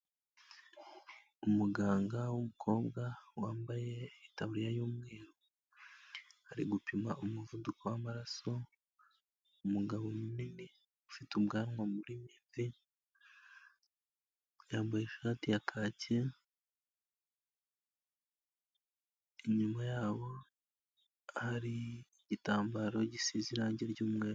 Umuganga w'umukobwa wambaye itaburiya y'umweru, ari gupima umuvuduko w'amaraso umugabo munini ufite ubwanwa burimo imvi, yambaye ishati ya kake, inyuma yabo hari igitambaro gisize irangi ry'umweru.